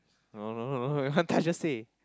no no no no you want touch just say